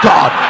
God